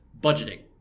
budgeting